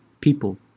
people